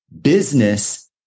business